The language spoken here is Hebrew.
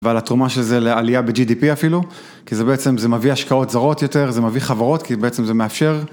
ועל התרומה של זה לעלייה בג'י די פי אפילו כי זה בעצם זה מביא השקעות זרות יותר זה מביא חברות כי בעצם זה מאפשר